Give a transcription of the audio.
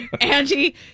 Angie